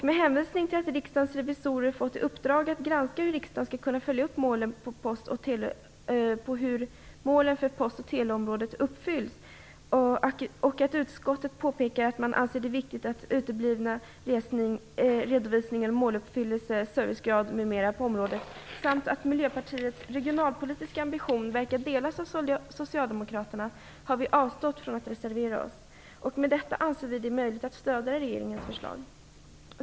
Med hänvisning till att riksdagens revisorer fått i uppdrag att granska hur riksdagen skall kunna följa upp hur målen på post och teleområdet uppfylls, att utskottet påpekar att det finns behov av en utförlig redovisning om måluppfyllelse, servicegrad m.m. på området samt att Miljöpartiets regionalpolitiska ambition verkar delas av Socialdemokraterna har vi avstått från att reservera oss. Med detta anser vi det möjligt att stödja regeringens förslag.